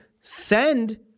send